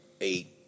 eight